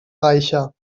reicher